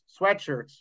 sweatshirts